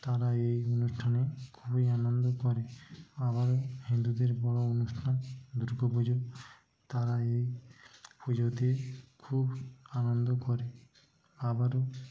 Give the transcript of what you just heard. তারা এই অনুষ্ঠানে খুবই আনন্দ করে আবারও হিন্দুদের বড় অনুষ্ঠান দুর্গা পুজো তারা এই পুজোতে খুব আনন্দ করে আবারও